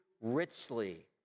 richly